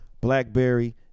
blackberry